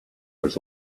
was